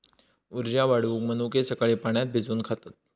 उर्जा वाढवूक मनुके सकाळी पाण्यात भिजवून खातत